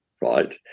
right